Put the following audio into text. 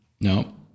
No